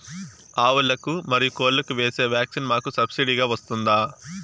ఆవులకు, మరియు కోళ్లకు వేసే వ్యాక్సిన్ మాకు సబ్సిడి గా వస్తుందా?